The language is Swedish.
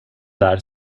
där